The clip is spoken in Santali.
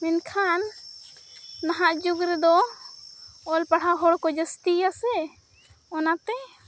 ᱢᱮᱱᱠᱷᱟᱱ ᱱᱟᱦᱟᱜ ᱡᱩᱜᱽᱨᱮᱫᱚ ᱚᱞᱼᱯᱟᱲᱦᱟᱣ ᱦᱚᱲᱠᱚ ᱡᱟᱹᱥᱛᱤᱭᱟ ᱥᱮ ᱚᱱᱟᱛᱮ